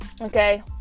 okay